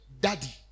daddy